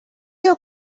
your